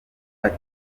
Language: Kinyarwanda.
ati